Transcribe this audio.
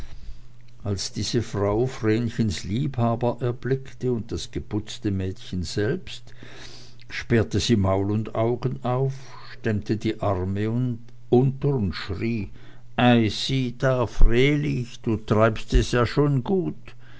als diese frau vrenchens liebhaber erblickte und das geputzte mädchen selbst sperrte sie maul und augen auf stemmte die arme unter und schrie ei sieh da vreeli du treibst es ja schon gut